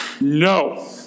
No